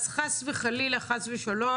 אז חס וחלילה וחס ושלום,